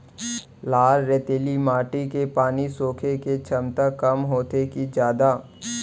लाल रेतीली माटी के पानी सोखे के क्षमता कम होथे की जादा?